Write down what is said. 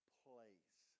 place